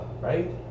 Right